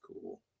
cool